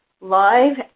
live